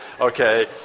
Okay